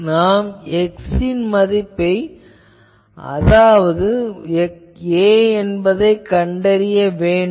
நாம் x1 ன் மதிப்பை அதாவது 'a' என்பதைக் கண்டறிய வேண்டும்